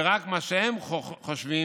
ורק מה שהם חושבים,